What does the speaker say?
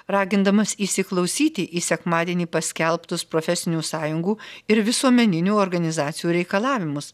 ragindamas įsiklausyti į sekmadienį paskelbtus profesinių sąjungų ir visuomeninių organizacijų reikalavimus